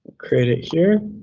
create it here,